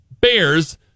bears